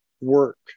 work